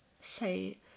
say